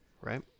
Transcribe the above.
Right